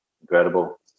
incredible